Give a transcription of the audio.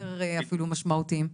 יותר אפילו משמעותיים.